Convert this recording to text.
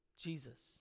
Jesus